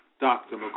Dr